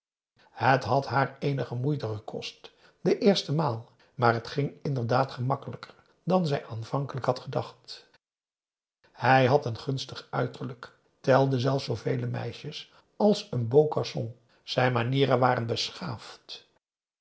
het had haar eenige moeite gekost de eerste maal maar t ging inderdaad gemakkelijker dan zij aanvankelijk had p a daum hoe hij raad van indië werd onder ps maurits gedacht hij had een gunstig uiterlijk telde zelfs voor vele meisjes als een beau garçon zijn manieren waren beschaafd